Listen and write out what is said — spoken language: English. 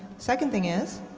second thing is